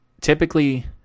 typically